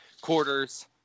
quarters